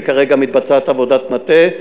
וכרגע מתבצעת עבודת מטה,